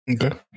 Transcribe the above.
Okay